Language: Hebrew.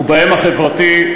ובהם החברתי,